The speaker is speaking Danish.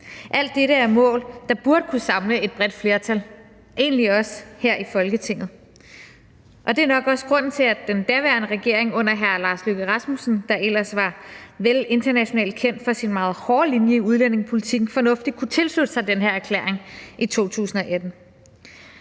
Alt dette er mål, der burde kunne samle et bredt flertal, egentlig også her i Folketinget. Og det er nok også grunden til, at den daværende regering under hr. Lars Løkke Rasmussen, der vel ellers var internationalt kendt for sin meget hårde linje i udlændingepolitikken, fornuftigt kunne tilslutte sig den her erklæring i 2018.